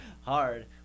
Hard